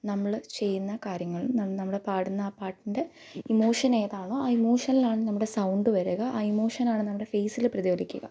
നമ്മൾ ചെയ്യുന്ന കാര്യങ്ങളും നം നമ്മൾ പാടുന്ന ആ പാട്ടിൻ്റെ ഇമോഷൻ ഏതാണോ ആ ഇമോഷനിലാണ് നമ്മുടെ സൗണ്ട് വരുക ആ ഇമോഷൻ ആണ് നമ്മുടെ ഫേസിൽ പ്രതിഭലിക്കുക